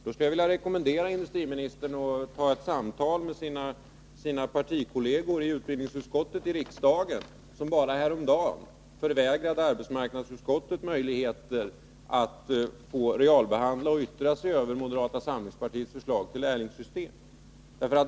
Jag skulle vilja rekommendera industriministern att ta ett samtal med sina partikolleger i utbildningsutskottet i riksdagen, som häromdagen förvägrade arbetsmarknadsutskottet möjligheter att realbehandla och yttra sig över moderata samlingspartiets förslag till lärlingssystem.